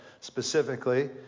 specifically